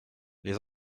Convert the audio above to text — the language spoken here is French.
les